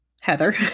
heather